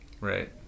right